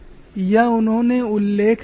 यह उन्होंने उल्लेख किया था